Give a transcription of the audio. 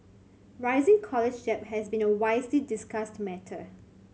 rising college debt has been a widely discussed matter